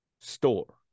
store